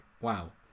wow